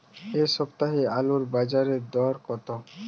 এ সপ্তাহে আলুর বাজারে দর কত?